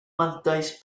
mantais